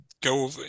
go